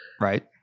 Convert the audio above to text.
right